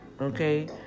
okay